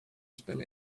spill